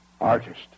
Artist